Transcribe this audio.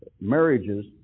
marriages